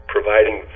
Providing